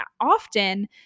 often